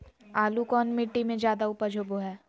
आलू कौन मिट्टी में जादा ऊपज होबो हाय?